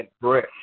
breath